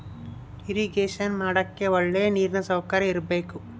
irrigation ಮಾಡಕ್ಕೆ ಒಳ್ಳೆ ನೀರಿನ ಸೌಕರ್ಯ ಇರಬೇಕು